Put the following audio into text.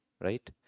right